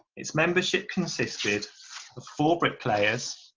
its membership consisted of four bricklayers,